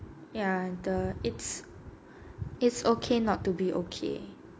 ya the it's it's okay not to be okay